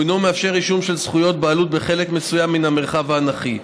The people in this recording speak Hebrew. הוא אינו מאפשר רישום של זכויות בעלות בחלק מסוים מן המרחב האנכי.